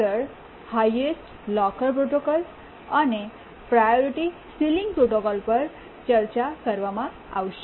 આગળ highest locker protocol અને priority ceiling protocol પર ચર્ચા કરવામાં આવશે